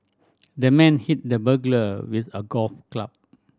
the man hit the burglar with a golf club